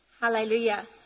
Hallelujah